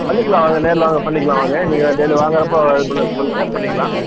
பண்ணிக்கலாம் வாங்க நேரில் வாங்க பண்ணிக்கலாம் வாங்க நீங்கள் டெய்லி வாங்குறப்போ இதுபோல் சொல்லுங்கள் பண்ணிக்கலாம்